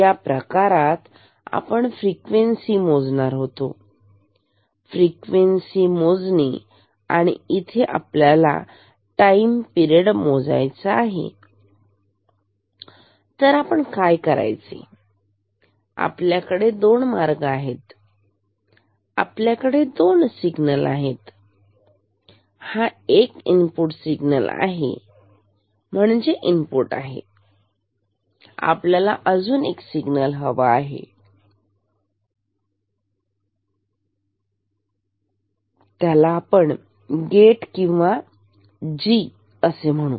या प्रकारात आपण आता फ्रिक्वेन्सी मोजणार होतो फ्रिक्वेन्सी मोजणी आणि इथे आपल्याला टाइमिंग पिरड मोजायचा आहे तर आपण काय करावे आपल्याकडे दोन मार्ग आहेत आपल्याकडे दोन सिग्नल आहेत हा एक इनपुट सिग्नल आहे म्हणजे हे इनपुट आहे आणि आपल्याला दुसरा सिग्नल हवा आहे ज्याला आपण गेट किंवा जी असे म्हणू